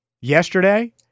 yesterday